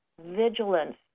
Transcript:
vigilance